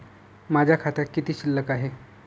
माझ्या खात्यात किती शिल्लक आहे?